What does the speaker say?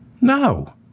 No